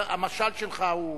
המשל שלך הוא